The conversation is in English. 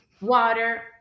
water